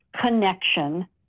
connection